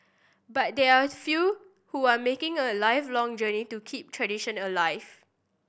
but there are a few who are making a lifelong journey to keep tradition alive